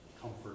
Comfort